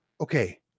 okay